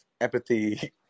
empathy